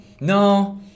No